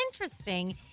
interesting